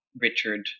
Richard